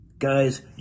Guys